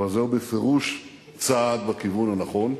זהו בפירוש צעד בכיוון הנכון.